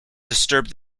disturb